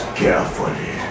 carefully